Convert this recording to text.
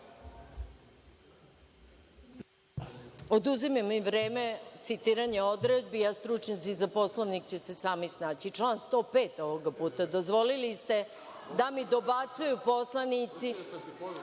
Oduzima mi vreme citiranja odredbi, a stručnjaci za Poslovnik će se sami snaći. Član 105. ovog puta. Dozvolili ste da mi dobacuju poslanici